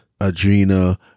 Adrena